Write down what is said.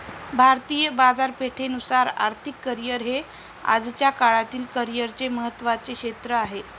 भारतीय बाजारपेठेनुसार आर्थिक करिअर हे आजच्या काळातील करिअरचे महत्त्वाचे क्षेत्र आहे